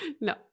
no